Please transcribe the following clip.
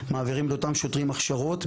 מעבירים את אותם השוטרים הכשרות.